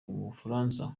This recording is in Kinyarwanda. umufaransa